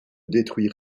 détruire